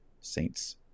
Saints